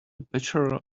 bachelor